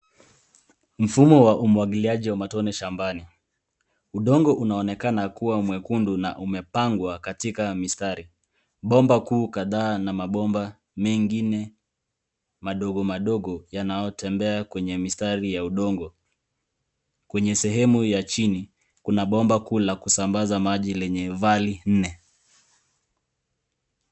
Mfumo wa umwagiliaji wa matone shambani. Udongo unaonekana kuwa mwekundu na umepangwa katika mistari. Bomba kuu kadhaa na mabomba mengine madogomadogo yanayotembea kwenye mistari ya udongo. Kwenye sehemu ya chini kuna bomba kuu la kusambaza maji lenye vali nne.